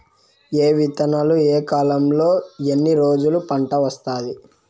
ఏ విత్తనాలు ఏ కాలంలో ఎన్ని రోజుల్లో పంట వస్తాది?